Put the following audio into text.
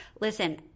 listen